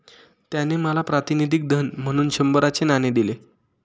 त्याने मला प्रातिनिधिक धन म्हणून शंभराचे नाणे दिले